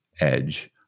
edge